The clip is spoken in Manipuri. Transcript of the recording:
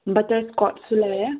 ꯕꯠꯇꯔ ꯏꯁꯀꯣꯠꯁꯨ ꯂꯩꯌꯦ